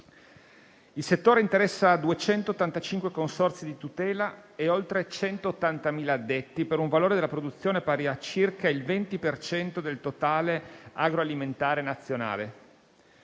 Il settore interessa 285 consorzi di tutela e oltre 180.000 addetti, per un valore della produzione pari a circa il 20 per cento del totale agroalimentare nazionale.